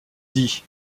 dit